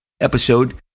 episode